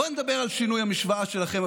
בוא נדבר על שינוי המשוואה שלכם,